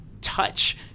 touch